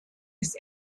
his